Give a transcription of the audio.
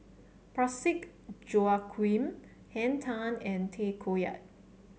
Parsick Joaquim Henn Tan and Tay Koh Yat